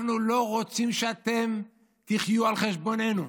אנחנו לא רוצים שאתם תחיו על חשבוננו.